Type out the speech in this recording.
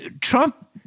Trump